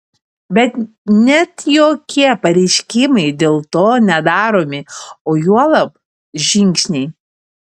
bet net jokie pareiškimai dėl to nedaromi o juolab žingsniai